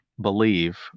believe